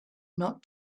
not